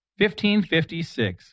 1556